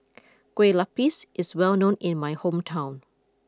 Kueh Lupis is well known in my hometown